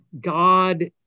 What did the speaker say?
God